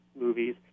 movies